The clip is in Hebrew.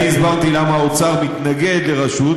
אני הסברתי למה האוצר מתנגד לרשות,